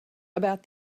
about